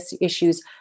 issues